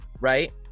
right